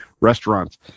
restaurants